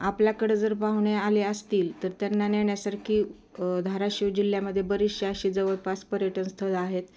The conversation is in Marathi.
आपल्याकडं जर पाहुणे आले असतील तर त्यांना नेण्यासारखी धाराशिव जिल्ह्यामे बरीचशी अशी जवळपास पर्यटन स्थळ आहेत